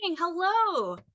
Hello